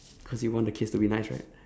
cause you want the case to be nice right